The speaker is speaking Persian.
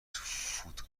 فود